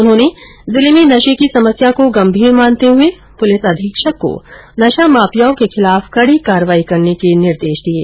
उन्होने जिले में नशे की समस्या को गंभीर मानते हुए पुलिस अधीक्षक को नशा माफियाओं के खिलाफ कड़ी कार्रवाई करने के निर्देश दिये